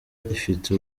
ifite